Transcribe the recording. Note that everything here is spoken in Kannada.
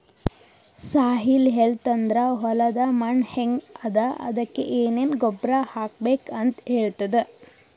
ಸಾಯಿಲ್ ಹೆಲ್ತ್ ಅಂದ್ರ ಹೊಲದ್ ಮಣ್ಣ್ ಹೆಂಗ್ ಅದಾ ಅದಕ್ಕ್ ಏನೆನ್ ಗೊಬ್ಬರ್ ಹಾಕ್ಬೇಕ್ ಅಂತ್ ಹೇಳ್ತದ್